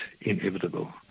inevitable